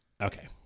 Okay